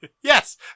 Yes